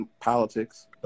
politics